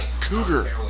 cougar